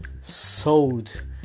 sold